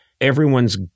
everyone's